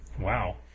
Wow